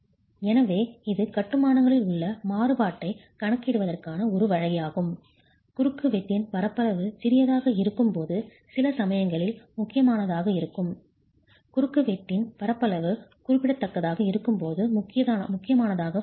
எனவே இது கட்டுமானங்களின் உள்ள மாறுபாட்டைக் கணக்கிடுவதற்கான ஒரு வழியாகும் குறுக்குவெட்டின் பரப்பளவு சிறியதாக இருக்கும் போது சில சமயங்களில் முக்கியமானதாக இருக்கும் குறுக்குவெட்டின் பரப்பளவு குறிப்பிடத்தக்கதாக இருக்கும்போது முக்கியமானதாக இருக்காது